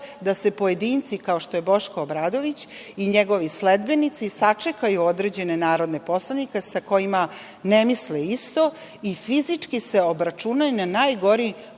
da se pojedinci kao što je Boško Obradović i njegovi sledbenici sačekaju određene narodne poslanike sa kojima ne misle isto i fizički se obračunaju na najgori